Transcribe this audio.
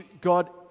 God